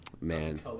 man